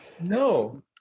No